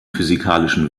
physikalischen